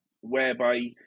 whereby